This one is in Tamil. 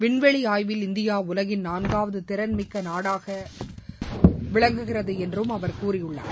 விண்வெளி ஆய்வில் இந்தியா உலகின் நான்காவது திறன்மிக்க நாடாக விளங்குகிறது என்றும் அவர் கூறியுள்ளார்